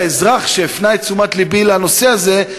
האזרח שהפנה את תשומת לבי לנושא הזה,